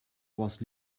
was